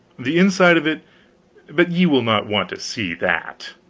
the inside of it but ye will not want to see that.